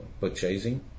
purchasing